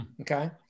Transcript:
okay